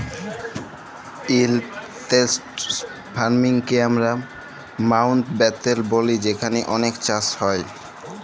intensive farming কে আমরা মাউল্টব্যাটেল ব্যলি যেখালে অলেক চাষ হ্যয়